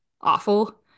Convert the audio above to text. awful